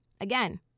Again